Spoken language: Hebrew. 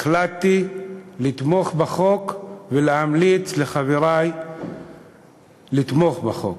החלטתי לתמוך בחוק ולהמליץ לחברי לתמוך בחוק.